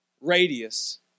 radius